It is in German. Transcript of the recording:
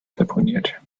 deponiert